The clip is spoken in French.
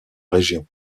région